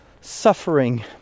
suffering